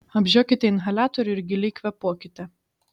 apžiokite inhaliatorių ir giliai kvėpuokite